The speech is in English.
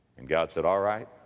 and god said, all right,